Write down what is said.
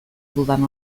dudan